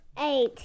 Eight